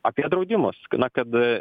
apie draudimus na kad